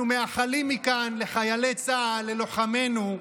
אנחנו מאחלים מכאן לחיילי צה"ל, ללוחמינו: